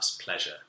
pleasure